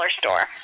store